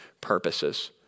purposes